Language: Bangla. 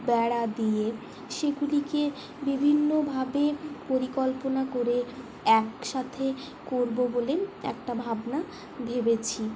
বেড়া দিয়ে সেগুলিকে বিভিন্নভাবে পরিকল্পনা করে একসাথে করবো বলেই একটা ভাবনা ভেবেছি